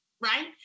Right